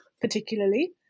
particularly